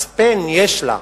מצפן יש לה,